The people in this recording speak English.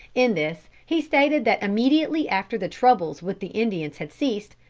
in this he stated that immediately after the troubles with the indians had ceased,